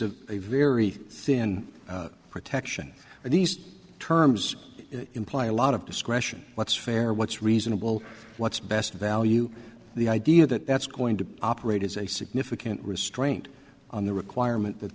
a very thin protection for these terms imply a lot of discretion what's fair what's reasonable what's best value the idea that that's going to operate as a significant restraint on the requirement that